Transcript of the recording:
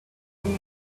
she